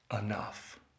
enough